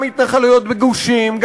גם התנחלויות בגושים,